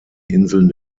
inseln